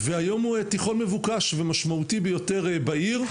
והיום הוא תיכון מבוקש ומשמעותי ביותר בעיר,